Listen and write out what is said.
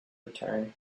return